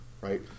right